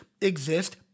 exist